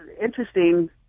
interesting